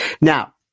Now